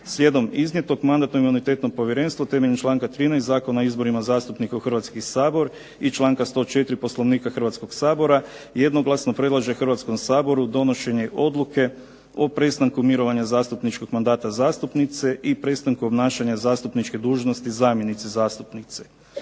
Slijedom iznijetog Mandatno-imunitetno povjerenstvo temeljem članka 13. Zakona o izborima zastupnika u Hrvatski sabor i članka 104. Poslovnika Hrvatskog sabora jednoglasno predlaže Hrvatskom saboru donošenje odluke o prestanku mirovanja zastupničkog mandata zastupnice i prestanku obnašanja zastupničke dužnosti zamjenice zastupnice.